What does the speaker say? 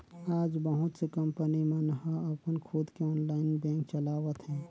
आज बहुत से कंपनी मन ह अपन खुद के ऑनलाईन बेंक चलावत हे